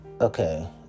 Okay